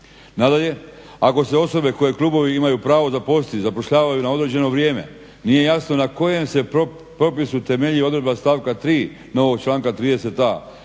Nadalje, ako se osobe koje klubovi imaju pravo zaposliti zapošljavaju na određeno vrijeme nije jasno na kojem se propisu temelji odredba stavka 3. novog članka 30.a